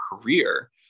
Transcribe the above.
career